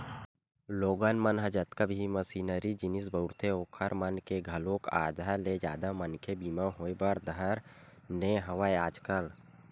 लोगन मन ह जतका भी मसीनरी जिनिस बउरथे ओखर मन के घलोक आधा ले जादा मनके बीमा होय बर धर ने हवय आजकल